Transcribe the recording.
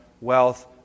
wealth